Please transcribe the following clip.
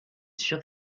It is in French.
sûr